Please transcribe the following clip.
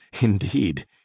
indeed